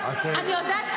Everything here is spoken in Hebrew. --- אני יודעת.